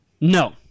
No